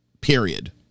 period